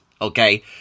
okay